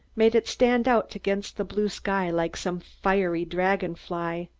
made it stand out against the blue sky like some fiery dragon-fly.